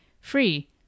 free